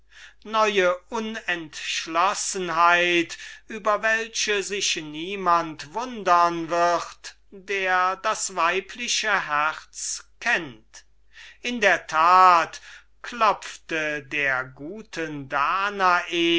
neue unentschlossenheit über welche sich niemand wundern wird der das weibliche herz kennt in der tat klopfte der guten danae